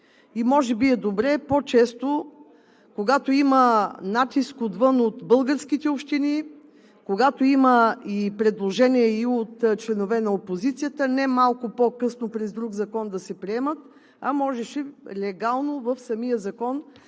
и може би е добре по-често, когато има натиск отвън от българските общини, когато има предложения и от членове на опозицията, не малко по-късно през друг закон да се приема, а можеше легално в самия Закон за държавния